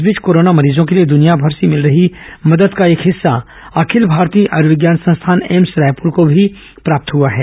इस बीच कोरोना मरीजों के लिए दनियाभर से मिल रही मदद का एक हिस्सा अखिल भारतीय आयर्विज्ञान संस्थान एम्स रायपुर को भी प्राप्त हुआ है